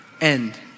end